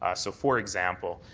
ah so, for example,